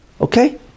Okay